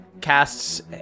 Casts